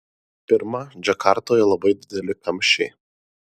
pirma džakartoje labai dideli kamščiai